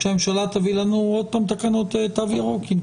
שבוע טוב לכל